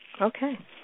Okay